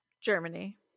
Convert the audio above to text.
Germany